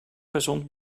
gezond